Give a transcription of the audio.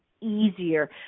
easier